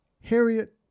Harriet